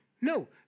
no